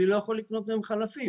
אני לא יכול לקנות מהם חלפים.